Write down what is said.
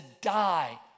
die